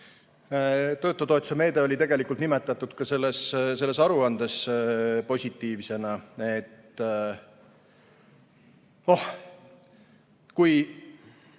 Töötutoetuse meede oli tegelikult nimetatud ka selles aruandes positiivsena.